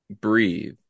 breathe